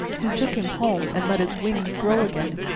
who took him home and let his wings grow again.